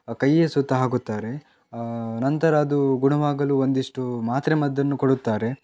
ಕೈಯ ಸುತ್ತ ಹಾಕುತ್ತಾರೆ ನಂತರ ಅದು ಗುಣವಾಗಲು ಒಂದಿಷ್ಟು ಮಾತ್ರೆ ಮದ್ದನ್ನು ಕೊಡುತ್ತಾರೆ